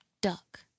duck